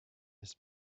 his